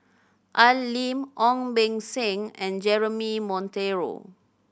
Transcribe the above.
Al Lim Ong Beng Seng and Jeremy Monteiro